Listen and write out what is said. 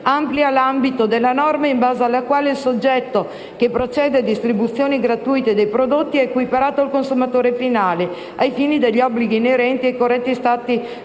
amplia l'ambito della norma in base alla quale il soggetto che procede a distribuzioni gratuite di prodotti è equiparato al consumatore finale ai fini degli obblighi inerenti ai corretti stati